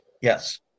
Yes